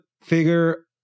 figure